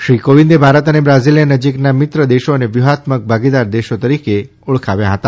શ્રી કોવિંદે ભારત ને બ્રાઝિલને નજીકના મિત્ર દેશો ને વ્યુહાત્મક ભાગીદાર દેશો તરીકે ઓળખાવ્યા છે